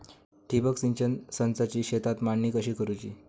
ठिबक सिंचन संचाची शेतात मांडणी कशी करुची हा?